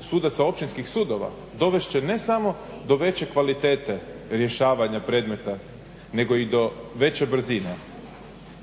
sudaca općinskih sudova dovest će ne samo do veće kvalitete rješavanja predmeta nego i do veće brzine